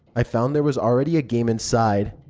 i found there was already a game inside.